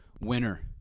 Winner